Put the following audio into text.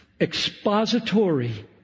Expository